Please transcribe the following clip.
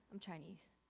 i'm chinese.